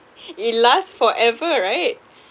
it lasts forever right